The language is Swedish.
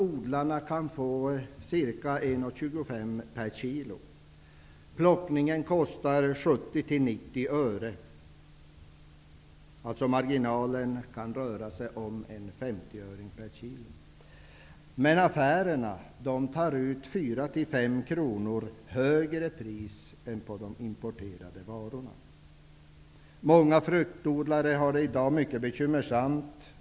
Odlarna kan i dag få ca 1:25 kr per kilo för frukt som kostar 70--90 öre att plocka. Marginalen kan alltså uppgå till högst ca 50 öre per kilo. Affärerna tar däremot ut ett pris som är 4 -- 5 kr högre än för de importerade varorna. Många fruktodlare har det i dag mycket bekymmersamt.